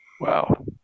wow